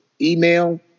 email